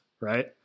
right